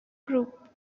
group